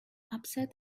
upset